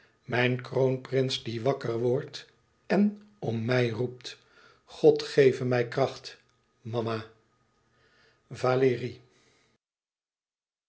mijn kroonprins die wakker wordt en om mij roept god geve mij kracht mama valérie